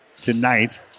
tonight